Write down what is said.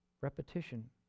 repetition